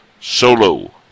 solo